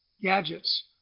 gadgets